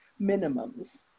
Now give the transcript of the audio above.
minimums